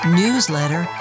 newsletter